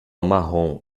marrom